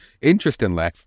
Interestingly